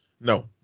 no